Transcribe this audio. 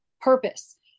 purpose